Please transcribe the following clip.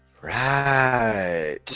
Right